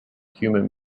human